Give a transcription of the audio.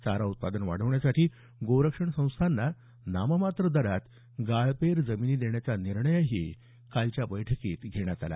चारा उत्पादन वाढण्यासाठी गोरक्षण संस्थांना नाममात्र दरात गाळपेर जमिनी देण्याचा निर्णय या बैठकीत घेण्यात आला